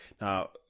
Now